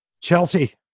Chelsea